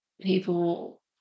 people